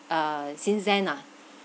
uh since then ah